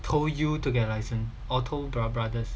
told you together license or